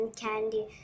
candy